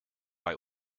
bei